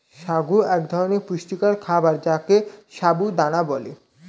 সাগু এক ধরনের পুষ্টিকর খাবার যাকে সাবু দানা বলে